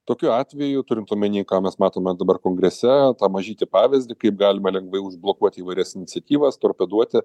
tokiu atveju turint omeny ką mes matome dabar kongrese tą mažytį pavyzdį kaip galima lengvai užblokuoti įvairias iniciatyvas torpeduoti